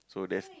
so that's